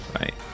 right